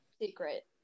Secret